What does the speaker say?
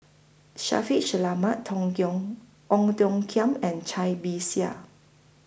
Shaffiq Selamat Tong Ong Tiong Khiam and Cai Bixia